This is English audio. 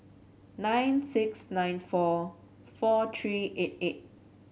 nine six nine four four three eight eight